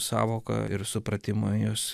sąvoką ir supratimą jos